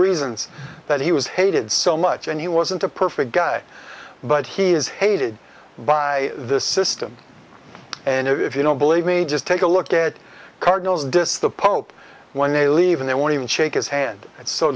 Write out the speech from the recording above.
reasons that he was hated so much and he wasn't a perfect guy but he is hated by the system and if you don't believe me just take a look at cardinals does the pope when they leave him they want to shake his hand